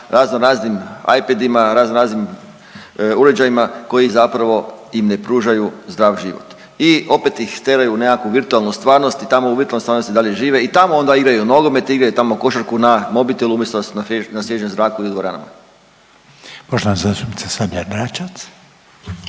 raznoraznim iPadima, raznoraznim uređajima koji zapravo im ne pružaju zdrav život i opet ih teraju u nekakvu virtualnu stvarnost i tamo u umjetnoj stvarnosti i dalje žive i tamo onda igraju nogomet, igraju tamo košarku na mobitelu umjesto da su na svježem zraku ili dvoranama. **Reiner, Željko